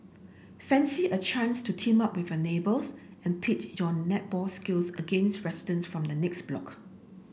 fancy a chance to team up with your neighbours and pit your netball skills against residents from the next block